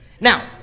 Now